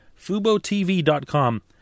FuboTV.com